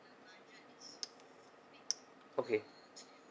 okay